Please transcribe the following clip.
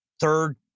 third